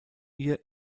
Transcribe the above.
ihr